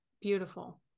Beautiful